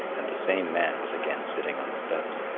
and the same man was again sitting on the steps.